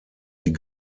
die